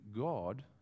God